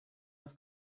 was